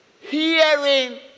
hearing